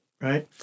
Right